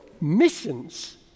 missions